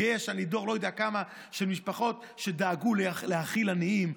גאה שאני דור לא יודע כמה של משפחות שדאגו להאכיל עניים,